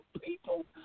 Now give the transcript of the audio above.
people